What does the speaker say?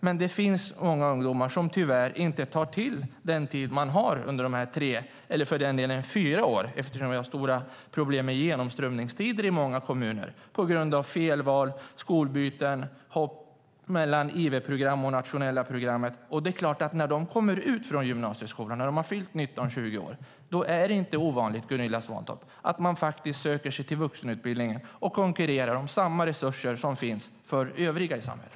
Men det finns många ungdomar som tyvärr inte tar till vara den tid som de har under dessa tre år, eller fyra år på grund av problem med genomströmningstider i många kommuner beroende på felval, skolbyten och hopp mellan IV-programmet och nationella program. När de kommer ut från gymnasieskolan när de har fyllt 19 eller 20 år är det inte ovanligt, Gunilla Svantorp, att de söker sig till vuxenutbildningen och konkurrerar om samma resurser som finns för övriga i samhället.